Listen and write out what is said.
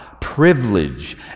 privilege